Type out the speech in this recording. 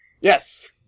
Yes